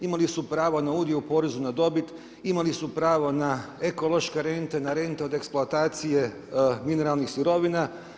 Imali su pravo na udio u porezu na dobit, imali su pravo na ekološke rente, na rente od eksplantacije mineralnih sirovina.